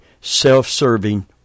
self-serving